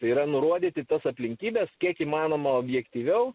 tai yra nurodyti tas aplinkybes kiek įmanoma objektyviau